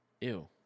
Ew